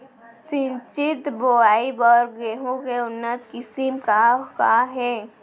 सिंचित बोआई बर गेहूँ के उन्नत किसिम का का हे??